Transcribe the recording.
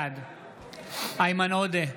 בעד איימן עודה,